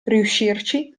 riuscirci